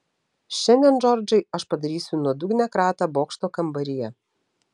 šiandien džordžai aš padarysiu nuodugnią kratą bokšto kambaryje